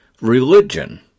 Religion